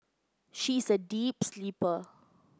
she is a deep sleeper